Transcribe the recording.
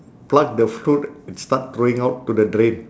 pluck the fruit start throwing out to the drain